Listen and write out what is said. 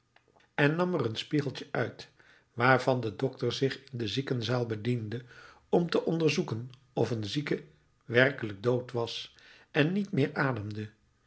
en nam er een spiegeltje uit waarvan de dokter zich in de ziekenzaal bediende om te onderzoeken of een zieke werkelijk dood was en niet meer ademde